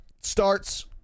starts